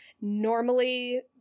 normally